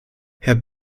herr